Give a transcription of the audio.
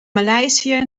maleisië